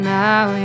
now